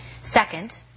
Second